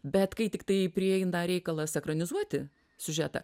bet kai tiktai prieina reikalas ekranizuoti siužetą